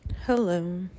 Hello